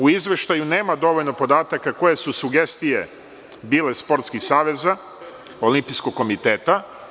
U izveštaju nema dovoljno podataka, koje su sugestije bile sportskih saveza, Olimpijskog komiteta.